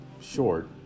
short